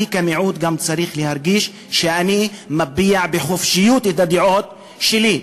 אני כמיעוט גם צריך להרגיש שאני מביע בחופשיות את הדעות שלי.